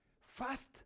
Fast